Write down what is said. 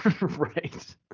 Right